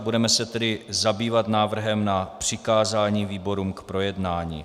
Budeme se tedy zabývat návrhem na přikázání výborům k projednání.